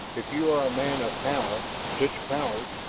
if you are a man of power such powers,